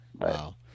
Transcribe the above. wow